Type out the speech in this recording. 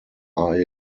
are